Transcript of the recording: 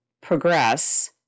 progress